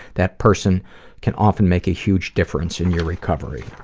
that person can often make a huge difference in your recovery.